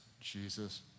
Jesus